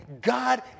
God